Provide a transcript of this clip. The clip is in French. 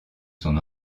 son